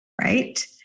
right